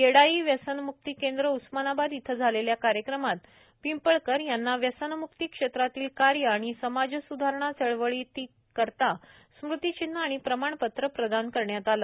येडाई व्यसनम्क्ती केंद्र उस्मानाबाद येथे झालेल्या कार्यक्रमात शिवप्रसाद पिंपळकर यांना व्यसनम्क्ती क्षेत्रातील कार्य आणि समाजस्धारणा चळवळीकरिता स्मृतिचिन्ह आणि प्रमाणपत्र प्रदान करण्यात आले